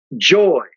joy